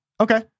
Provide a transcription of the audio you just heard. Okay